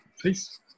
peace